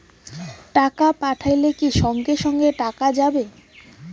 টাকা পাঠাইলে কি সঙ্গে সঙ্গে টাকাটা যাবে?